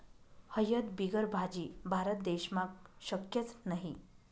हयद बिगर भाजी? भारत देशमा शक्यच नही